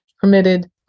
permitted